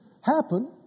happen